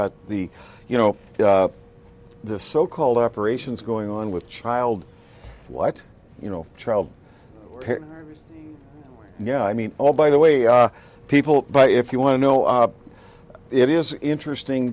about the you know the so called operations going on with child what you know child yeah i mean oh by the way people but if you want to know it is interesting